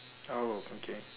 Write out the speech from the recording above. oh okay